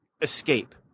escape